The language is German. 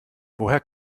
woher